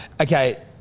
Okay